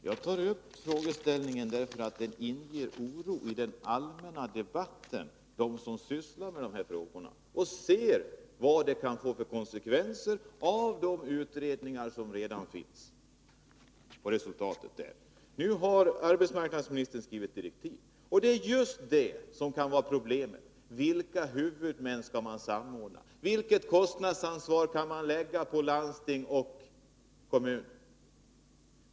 Herr talman! Jag har tagit upp frågeställningen därför att den i den allmänna debatten inger oro hos dem som sysslar med dessa frågor. De ser vilka konsekvenserna kan bli av de utredningar som redan finns. Nu har arbetsmarknadsministern skrivit direktiv. Problemet är just vilka huvudmän som skall samordnas. Vilket kostnadsansvar kan man lägga på landsting och kommuner?